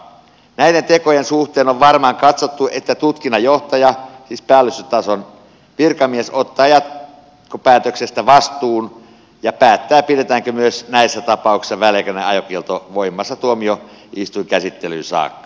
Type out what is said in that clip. näiden tekojen suhteen on varmaan katsottu että tutkinnanjohtaja siis päällystötason virkamies ottaa jatkopäätöksestä vastuun ja päättää pidetäänkö myös näissä tapauksissa väliaikainen ajokielto voimassa tuomioistuinkäsittelyyn saakka